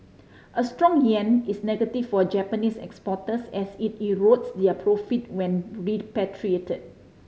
a strong yen is negative for Japanese exporters as it erodes their profit when repatriated